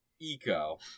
eco